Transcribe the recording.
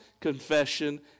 confession